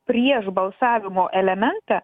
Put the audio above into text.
prieš balsavimo elementą